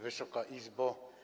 Wysoka Izbo!